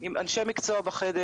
והם כללו אנשי מקצוע בחדר.